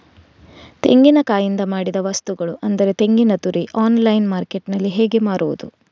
ತೆಂಗಿನಕಾಯಿಯಿಂದ ಮಾಡಿದ ವಸ್ತುಗಳು ಅಂದರೆ ತೆಂಗಿನತುರಿ ಆನ್ಲೈನ್ ಮಾರ್ಕೆಟ್ಟಿನಲ್ಲಿ ಹೇಗೆ ಮಾರುದು?